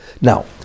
Now